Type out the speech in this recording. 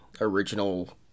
original